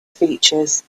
features